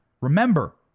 Remember